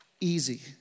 Easy